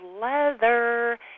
leather